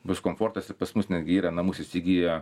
bus komfortas ir pas mus netgi yra namus įsigiję